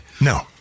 no